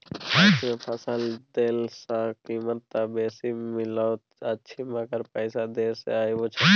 PACS मे फसल देला सॅ कीमत त बेसी मिलैत अछि मगर पैसा देर से आबय छै